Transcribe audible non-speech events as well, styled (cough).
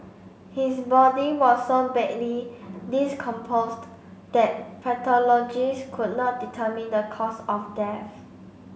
his body was so badly (unintelligible) that pathologists could not determine the cause of death